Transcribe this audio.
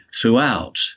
throughout